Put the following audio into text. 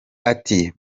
ati